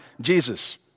Jesus